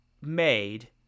made